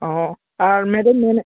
ᱚ ᱟᱨ ᱢᱮᱰᱟᱢ ᱢᱮᱱᱮᱫ